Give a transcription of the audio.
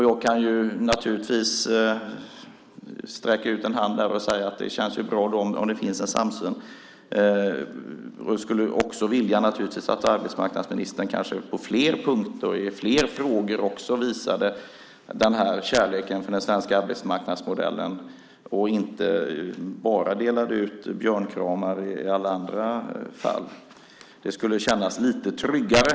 Jag kan naturligtvis sträcka ut en hand och säga att det känns bra om det finns en samsyn. Jag skulle också vilja att arbetsmarknadsministern på fler punkter och i fler frågor visade kärleken till den svenska arbetsmarknadsmodellen och inte bara delade ut björnkramar i alla andra fall. Det skulle kännas lite tryggare.